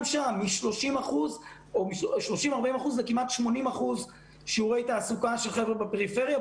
גם שם מ-30% 40% עלו לכמעט 80% שיעורי תעסוקה של חבר'ה בפריפריה,